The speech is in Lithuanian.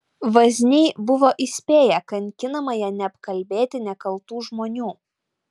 vazniai buvo įspėję kankinamąją neapkalbėti nekaltų žmonių